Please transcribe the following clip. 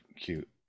cute